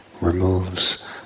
removes